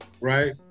right